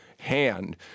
hand